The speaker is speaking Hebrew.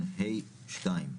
(ה)(2):